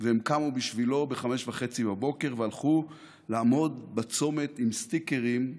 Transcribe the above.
והם קמו בשבילו ב-05:30 והלכו לעמוד בצומת עם סטיקרים,